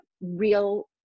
real